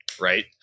right